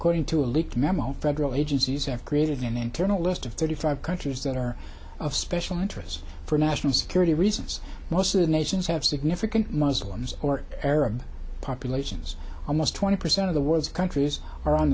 according to a leaked memo federal agencies have created an internal list of thirty five countries that are of special interest for national security reasons most of the nations have significant muslims or arab populations almost twenty percent of the world's countries are on